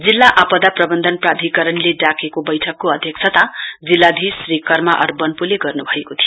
जिल्ला आपदा प्रबन्धन प्राधिकरणले डाकेको बैठकको अध्यक्षता जिल्लाधीश श्री कर्मा आरा बन्पोले गर्नु भएको थियो